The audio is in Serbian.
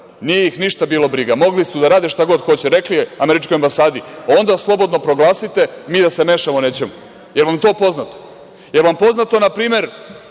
nije ih ništa bilo briga. Mogli su da rade šta god hoće. Rekli su američkoj ambasadi – onda slobodno proglasite, mi da se mešamo nećemo. Jel vam to poznato? Jel vam poznato na primer